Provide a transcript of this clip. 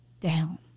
down